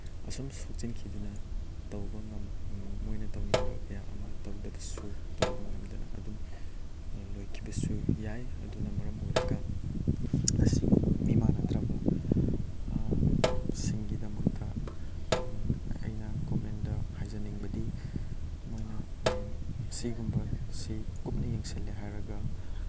ꯑꯁꯨꯝ ꯁꯣꯛꯆꯤꯟꯈꯤꯗꯨꯅ ꯇꯧꯕ ꯃꯣꯏꯅ ꯇꯧꯅꯤꯡꯕ ꯀꯌꯥ ꯑꯃ ꯇꯧꯗꯕꯁꯨ ꯇꯧꯕ ꯉꯝꯗꯅ ꯑꯗꯨꯝ ꯂꯣꯏꯈꯤꯕꯁꯨ ꯌꯥꯏ ꯑꯗꯨꯅ ꯃꯔꯝ ꯑꯣꯏꯔꯒ ꯉꯁꯤꯒꯤ ꯃꯤꯃꯥꯟꯅꯗ꯭ꯔꯕ ꯁꯤꯡꯒꯤꯗꯃꯛꯇ ꯑꯩꯅ ꯒꯣꯔꯃꯦꯟꯗ ꯍꯥꯏꯖꯅꯤꯡꯕꯗꯤ ꯃꯣꯏꯅ ꯑꯁꯤꯒꯨꯝꯕꯁꯤ ꯀꯨꯞꯅ ꯌꯦꯡꯁꯤꯜꯂꯦ ꯍꯥꯏꯔꯒ